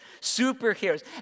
superheroes